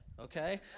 okay